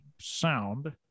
sound